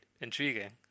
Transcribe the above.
intriguing